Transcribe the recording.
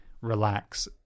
relax